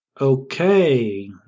Okay